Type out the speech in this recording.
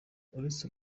uretse